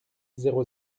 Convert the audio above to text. zéro